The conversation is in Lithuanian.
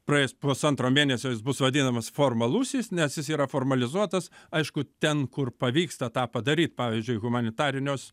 praėjus pusantro mėnesio jis bus vadinamas formalusis nes jis yra formalizuotas aišku ten kur pavyksta tą padaryt pavyzdžiui humanitariniuos